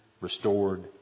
restored